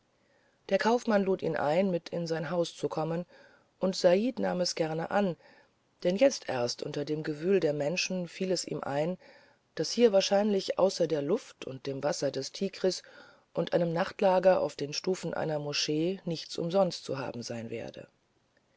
der kaufmann lud ihn ein mit in sein haus zu kommen und said nahm es gerne an denn jetzt erst unter dem gewühl der menschen fiel es ihm ein daß hier wahrscheinlich außer der luft und dem wasser des tigris und einem nachtlager auf den stufen einer moschee nichts umsonst zu haben sein werde